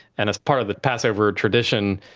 and as part of the passover tradition,